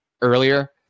earlier